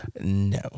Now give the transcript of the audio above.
No